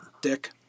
dick